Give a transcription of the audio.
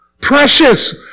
Precious